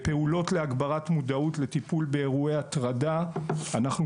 פעולות להגברת מודעות לטיפול באירועי הטרדה: אנחנו